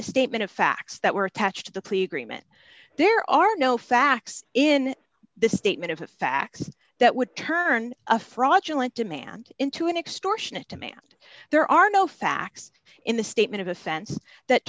the statement of facts that were attached to the plea agreement there are no facts in the statement of facts that would turn a fraudulent demand into an extortionate demand there are no facts in the statement of offense that